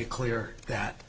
it clear that